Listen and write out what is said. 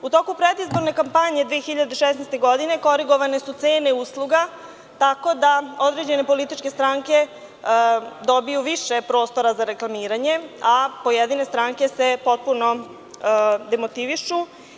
U toku predizborne kampanje 2016. godine korigovane su cene usluga, tako da određene političke stranke dobiju više prostora za reklamiranje, a pojedine stranke se potpuno demotivišu.